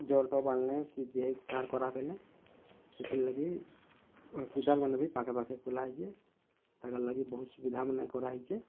ଜର୍ ଦେବାର୍ ନେ କି ଦେହି କାହାର୍ ଖରାପ୍ ହେଲେ ସେଥିରଲାଗି ହସ୍ପିଟାଲ୍ ମାନେ ବି ପାଖେ ପାଖେ ଖୁଲା ହେଇଛେ ତାକର୍ ଲାଗି ବହୁତ୍ ସୁବିଧା ମାନେ କରାହେଇଛେ